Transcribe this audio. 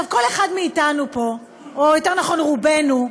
כל אחד מאתנו פה, או יותר נכון רובנו,